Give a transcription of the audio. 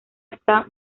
está